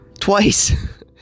Twice